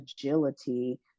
agility